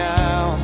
now